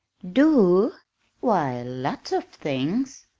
do why lots of things!